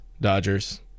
Dodgers